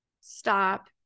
stop